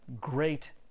great